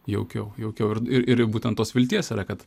jaukiau jaukiau ir ir būtent tos vilties kad